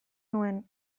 nuen